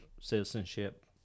citizenship